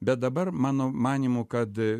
bet dabar mano manymu kad